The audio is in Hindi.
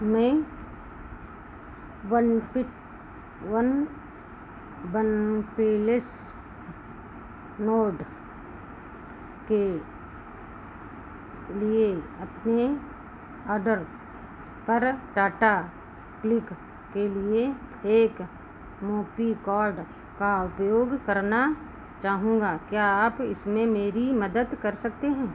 मैं one P one one palace node के लिए अपने ऑर्डर पर टाटा क्लिक के लिए एक का उपयोग करना चाहूँगा क्या आप इसमें मेरी मदद कर सकते हैं